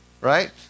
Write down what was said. right